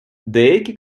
деякі